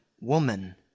woman